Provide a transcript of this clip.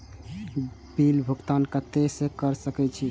Bill भुगतान केते से कर सके छी?